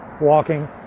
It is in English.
walking